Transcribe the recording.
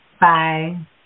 Bye